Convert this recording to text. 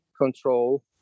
control